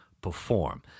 perform